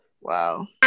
Wow